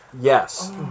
Yes